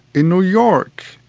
in new york,